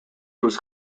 was